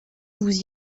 vous